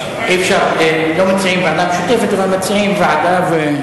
לא מציעים ועדה משותפת, אבל מציעים ועדה.